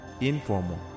informal